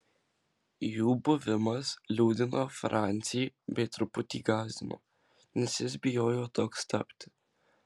jų buvimas liūdino francį bei truputį gąsdino nes jis bijojo toks tapti